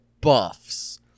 buffs